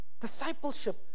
Discipleship